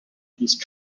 these